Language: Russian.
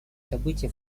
события